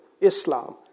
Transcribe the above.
Islam